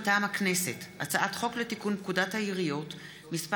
מטעם הכנסת: הצעת חוק לתיקון פקודת העיריות (מס'